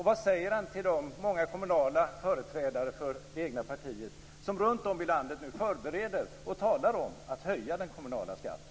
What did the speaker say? Vad säger han till de många kommunala företrädare för det egna partiet som runtom i landet nu förbereder och talar om att höja den kommunala skatten?